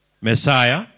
Messiah